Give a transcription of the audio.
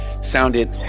sounded